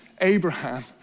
Abraham